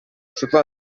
шутланать